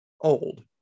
old